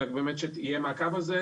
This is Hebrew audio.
אלא שבאמת יהיה מעקב על זה.